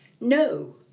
No